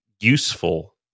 useful